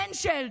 בן-של,